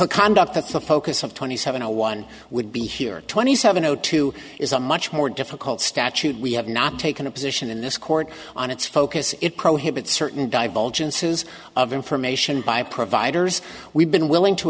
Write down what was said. the conduct that the focus of twenty seven or one would be here twenty seven o two is a much more difficult statute we have not taken a position in this court on its focus it prohibits certain divulgence is of information by providers we've been willing to